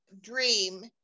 dream